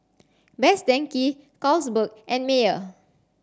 Best Denki Carlsberg and Mayer